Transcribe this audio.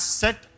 set